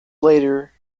later